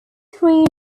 three